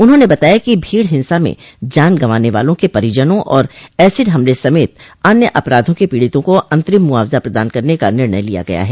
उन्होंने बताया कि भीड़ हिन्सा में जान गॅवाने वालों के परिजनों और एसिड हमले समेत अन्य अपराधों के पीड़ितों को अन्तरिम मुआवजा प्रदान करने का निर्णय लिया गया है